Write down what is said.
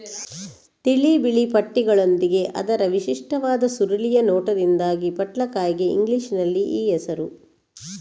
ತಿಳಿ ಬಿಳಿ ಪಟ್ಟೆಗಳೊಂದಿಗೆ ಅದರ ವಿಶಿಷ್ಟವಾದ ಸುರುಳಿಯ ನೋಟದಿಂದಾಗಿ ಪಟ್ಲಕಾಯಿಗೆ ಇಂಗ್ಲಿಷಿನಲ್ಲಿ ಈ ಹೆಸರು